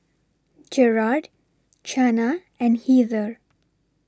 Gerard Chana and Heather